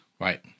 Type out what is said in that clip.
Right